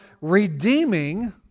redeeming